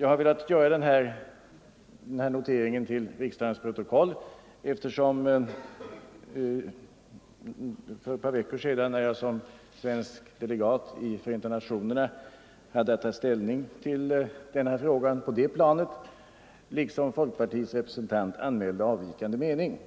Jag har velat göra den här anteckningen till riksdagens protokoll därför att jag, när jag för ett par veckor sedan som svensk delegat i Förenta nationerna hade att ta ställning till denna fråga på det planet, liksom folkpartiets representant anmälde avvikande mening.